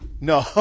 No